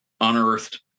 unearthed